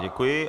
Děkuji.